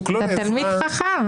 והחמור מכל, הרס החברה שלנו.